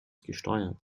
gesteuert